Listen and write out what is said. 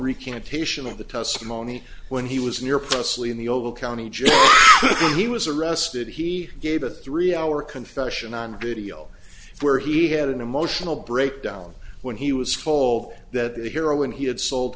recantation of the testimony when he was near presley in the oval county jail he was arrested he gave a three hour confession on video where he had an emotional breakdown when he was told that the heroin he had sold